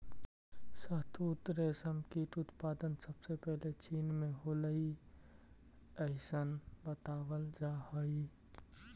शहतूत रेशम कीट उत्पादन सबसे पहले चीन में होलइ अइसन बतावल जा हई